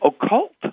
occult